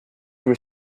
were